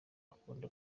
akunda